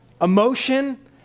emotion